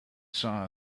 saw